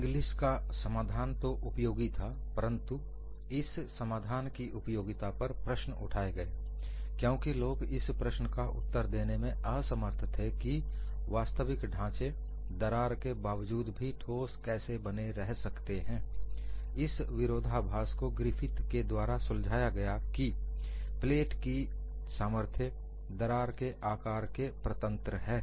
English का समाधान तो उपयोगी था परंतु इस समाधान की उपयोगिता पर प्रश्न उठाए गए क्योंकि लोग इस प्रश्न का उत्तर देने में असमर्थ थे कि वास्तविक ढांचे दरार के बावजूद भी ठोस कैसे बने रह सकते हैं इस विरोधाभास को ग्रिफिथ के द्वारा सुलझाया गया कि प्लेट की सामर्थ्य दरार के आकार के परतंत्र है